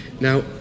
Now